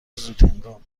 زودهنگام